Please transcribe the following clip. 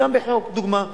זה גם בחוק, לדוגמה.